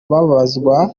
babazwa